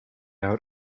out